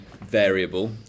variable